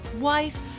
wife